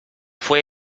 fue